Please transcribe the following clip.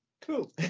cool